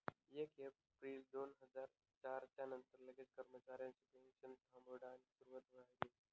येक येप्रिल दोन हजार च्यार नंतर लागेल कर्मचारिसनी पेनशन थांबाडानी सुरुवात व्हयनी